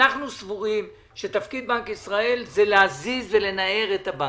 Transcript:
אנחנו סבורים שתפקיד בנק ישראל הוא להזיז ולנער את הבנקים.